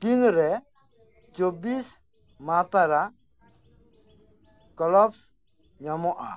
ᱛᱤᱱᱨᱮ ᱪᱚᱵᱵᱤᱥ ᱢᱟᱱᱴᱨᱟ ᱠᱞᱳᱵᱷᱥ ᱧᱟᱢᱚᱜᱼᱟ